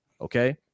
Okay